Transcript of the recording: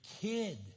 kid